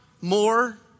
more